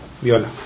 Viola